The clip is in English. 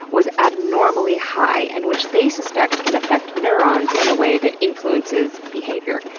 was abnormally high, and which they suspect can affect neurons in a way that influences behavior.